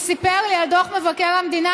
הוא סיפר לי על דוח מבקר המדינה,